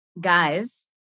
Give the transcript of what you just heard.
Guys